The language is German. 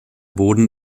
boden